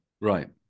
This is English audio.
Right